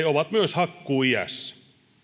ovat myös hakkuuiässä